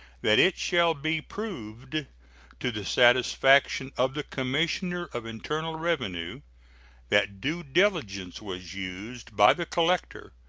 that it shall be proved to the satisfaction of the commissioner of internal revenue that due diligence was used by the collector,